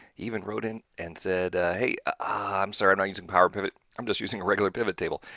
evan wrote in and said hey ah i'm sorry i'm not using power pivot, i'm just using a regular pivot table.